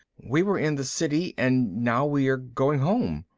we were in the city, and now we are going home.